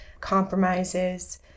compromises